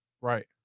Right